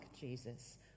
Jesus